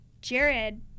Jared